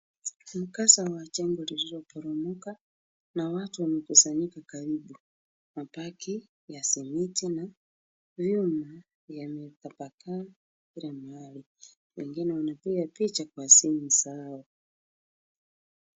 Mkasa wa jengo lililoporomoka na watu wamekusanyika karibu. Mabaki ya simiti na vyuma yametapakaa kila pahali. Wengine wanapiga picha kwa simu zao.